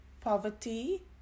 Poverty